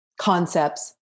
concepts